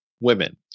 women